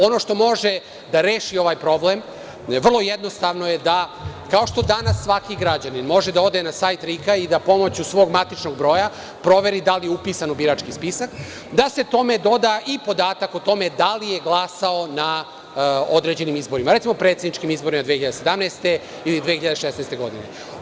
Ono što može da reši ovaj problem je da kao što danas svaki građanin može da ode na sajt RIK-a i da pomoću svog matičnog broja proveri da je upisan u birački spisak, da se tome doda i podatak o tome da li je glasao na određenim izborima, recimo predsedničkim izborima 2017. godine ili 2016. godine.